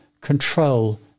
control